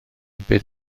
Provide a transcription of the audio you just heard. beth